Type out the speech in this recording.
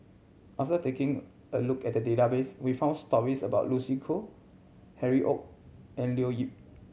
after taking a look at the database we found stories about Lucy Koh Harry Ord and Leo Yip